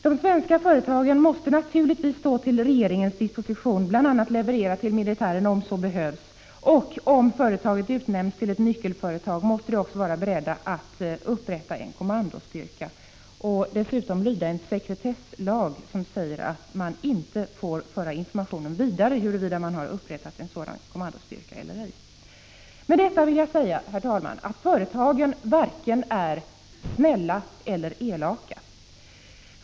De svenska företagen måste naturligtvis stå till regeringens disposition och bl.a. leverera till militären om så behövs. Och om företaget utnämns till ett nyckelföretag måste man där vara beredd att upprätta en kommandostyrka och dessutom att lyda en sekretesslag som säger att man inte får informera någon om att man har upprättat en sådan kommandostyrka. Med detta vill jag säga att företagen varken är snälla eller elaka.